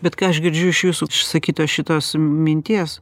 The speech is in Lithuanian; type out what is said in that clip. bet ką aš girdžiu iš jūsų išsakytos šitos minties